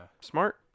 smart